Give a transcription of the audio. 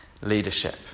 leadership